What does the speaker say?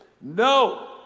No